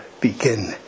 begin